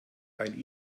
ein